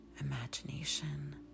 imagination